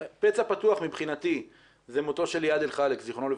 פצע פתוח מבחינתי זה מותו של איאד אל חלאק ז"ל,